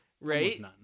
right